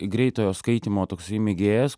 greitojo skaitymo toksai mėgėjas